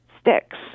sticks